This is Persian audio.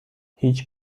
هیچ